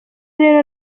rero